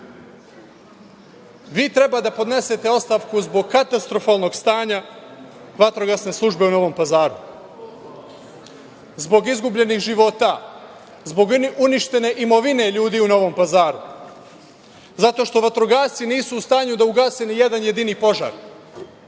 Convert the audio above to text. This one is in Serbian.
treba da podnesete ostavku zbog katastrofalnog stanja Vatrogasne službe u Novom Pazaru, zbog izgubljenih života, zbog uništene imovine ljudi u Novom Pazaru, zato što vatrogasci nisu u stanju da ugase ni jedan jedini požar.